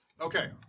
Okay